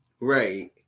Right